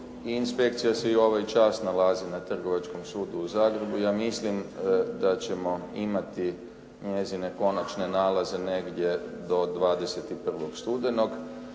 inspekcija se i ovaj čas nalazi na Trgovačkom sudu u Zagrebu. Ja mislim da ćemo imati njezine konačne nalaze do 21. studenog.